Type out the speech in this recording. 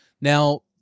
Now